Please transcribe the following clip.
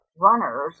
runners